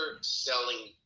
selling